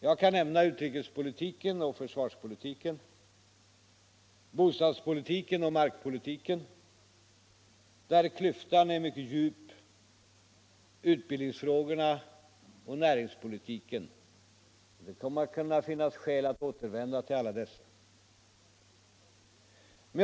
Jag kan nämna utrikespolitiken och försvarspolitiken, bostadspolitiken och markpolitiken, där klyftan är mycket djup, utbildningsfrågorna och näringspolitiken. Det kommer att finnas skäl att återvända till alla dessa frågor.